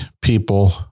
people